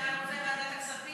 מיקי, אתה רוצה ועדת הכספים?